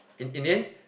in in the end